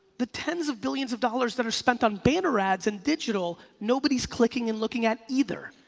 the ten s of billions of dollars that are spent on banner ads and digital nobody's clicking and looking at either.